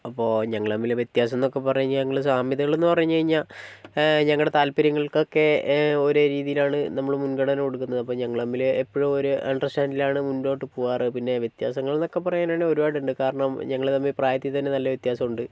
അപ്പോൾ ഞങ്ങൾ തമ്മിൽ വ്യത്യാസംന്നൊക്കെ പറഞ്ഞുകഴിഞ്ഞാൽ ഞങ്ങൾ സാമ്യതകളെന്ന് പറഞ്ഞുകഴിഞ്ഞാൽ ഞങ്ങളുടെ താല്പര്യങ്ങൾക്കൊക്കെ ഒരേ രീതിയിലാണ് നമ്മൾ മുൻഗണന കൊടുക്കുന്നത് അപ്പോൾ ഞങ്ങൾ തമ്മിൽ എപ്പോഴും ഒരേ അണ്ടർസ്റ്റാൻഡിലാണ് മുന്നോട്ട് പോവാറ് പിന്നെ വ്യത്യാസങ്ങളെന്നൊക്കെ പറയാനാണെങ്കിൽ ഒരുപാടുണ്ട് കാരണം ഞങ്ങൾ തമ്മിൽ പ്രായത്തിൽ തന്നെ നല്ല വ്യത്യാസം ഉണ്ട്